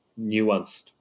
nuanced